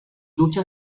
lucha